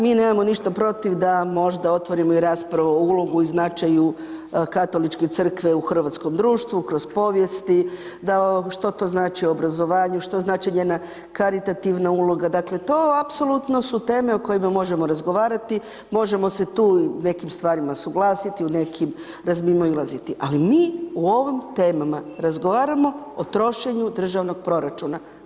Mi nemamo ništa protiv da možda otvorimo i raspravu o ulogu i značaju Katoličke crkve u hrvatskom društvu kroz povijesti, da što to znači o obrazovanju, što znači njena karitativna uloga, dakle, to apsolutno su teme o kojima možemo razgovarati, možemo se tu u nekim stvarima suglasiti, u nekim razmimoilaziti, ali mi u ovim temama razgovaramo o trošenju državnog proračuna.